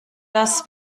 das